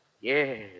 yes